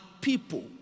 people